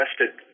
arrested